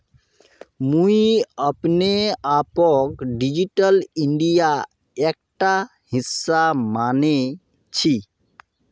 मुई अपने आपक डिजिटल इंडियार एकटा हिस्सा माने छि